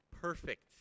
Perfect